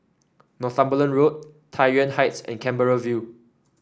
Northumberland Road Tai Yuan Heights and Canberra View